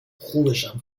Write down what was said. خوبشم